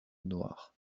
noires